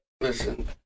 Listen